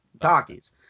Talkies